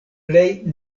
plej